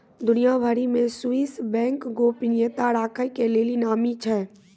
दुनिया भरि मे स्वीश बैंक गोपनीयता राखै के लेली नामी छै